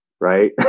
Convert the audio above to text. right